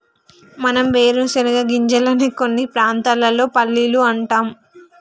మనం వేరుశనగ గింజలనే కొన్ని ప్రాంతాల్లో పల్లీలు అంటాం